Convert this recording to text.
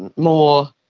and more,